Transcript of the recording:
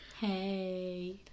Hey